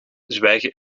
zwijgen